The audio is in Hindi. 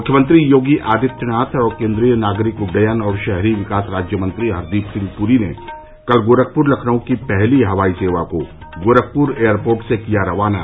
मुख्यमंत्री योगी आदित्यनाथ और केन्द्रीय नागरिक उड्डयन और शहरी विकास राज्य मंत्री हरदीप सिंह पुरी ने कल गोरखपुर लखनऊ की पहली हवाई सेवा को गोरखपुर एयरपोर्ट से किया रवाना